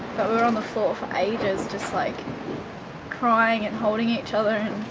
but we were on the floor for ages. just like crying and holding each other